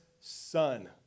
son